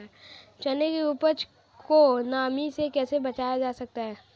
चने की उपज को नमी से कैसे बचाया जा सकता है?